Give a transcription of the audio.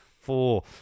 four